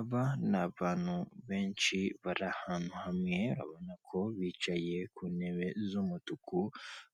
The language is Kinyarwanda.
Aba ni abantu benshi bari ahantu hamwe urabona ko bicaye ku ntebe z'umutuku